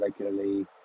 regularly